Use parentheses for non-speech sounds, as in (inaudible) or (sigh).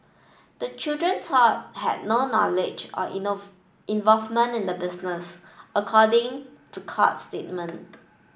the children though had no knowledge or (unintelligible) involvement in the business according to court statement